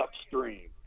upstream